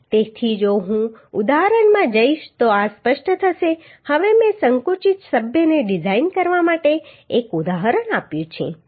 તેથી જો હું આ ઉદાહરણમાં જઈશ તો આ સ્પષ્ટ થશે હવે મેં સંકુચિત સભ્યને ડિઝાઇન કરવા માટે એક ઉદાહરણ આપ્યું છે